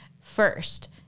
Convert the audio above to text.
first